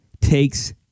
takes